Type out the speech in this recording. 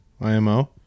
IMO